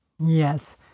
Yes